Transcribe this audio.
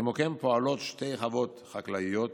כמו כן פועלות שתי חוות חקלאיות